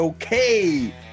okay